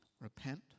Repent